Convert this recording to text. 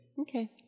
Okay